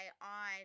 on